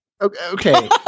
Okay